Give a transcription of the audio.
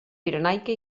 pirenaica